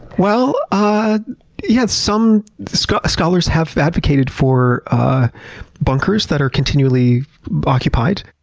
well, ah yeah some scholars scholars have advocated for bunkers that are continually occupied.